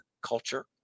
culture